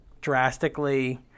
drastically